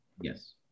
Yes